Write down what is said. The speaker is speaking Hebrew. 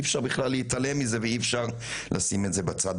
אי אפשר בכלל להתעלם מזה ואי אפשר לשים את זה בצד.